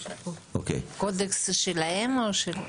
קודקס זה שלהם או?